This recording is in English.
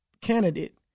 candidate